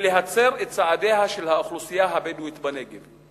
ולהצר את צעדיה של האוכלוסייה הבדואית בנגב.